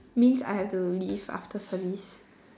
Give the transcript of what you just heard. means I have to leave after service